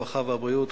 הרווחה והבריאות,